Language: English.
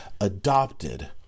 adopted